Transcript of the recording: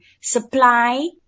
supply